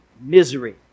misery